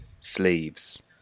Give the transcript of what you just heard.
Sleeves